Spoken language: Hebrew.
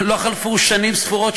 לא חלפו שנים ספורות,